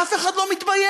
אף אחד לא מתבייש.